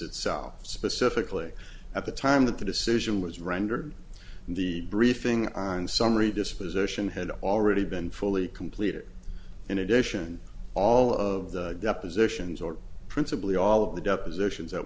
itself specifically at the time that the decision was rendered the briefing on summary disposition had already been fully completed in addition all of the depositions or principally all of the depositions that